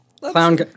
clown